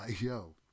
yo